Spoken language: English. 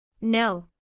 No